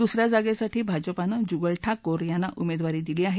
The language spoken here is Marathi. दुस या जागेसाठी भाजपानं जुगल ठाकोर यांना उमेदवारी दिली आहे